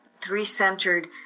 three-centered